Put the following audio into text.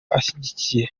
ashyigikiye